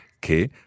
que